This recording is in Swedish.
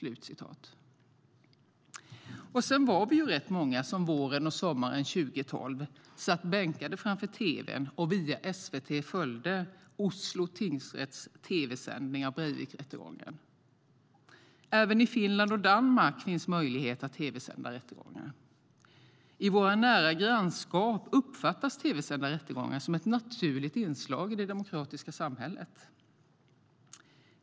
Vi var rätt många som våren och sommaren 2012 satt bänkade framför tv:n och via SVT följde Oslo tingsrätts tv-sändningar av Breivikrättegången. Även i Finland och Danmark finns möjlighet att tv-sända rättegångar. I våra nära grannskap uppfattas tv-sända rättegångar som ett naturligt inslag i det demokratiska samhället.